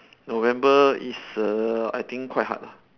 november is err I think quite hard lah